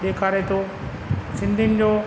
ॾेखारे थो सिंधियुनि जो